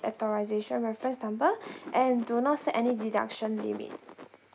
authorisation reference number and do not set any deduction limit